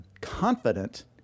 confident